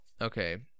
okay